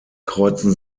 kreuzen